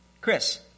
Chris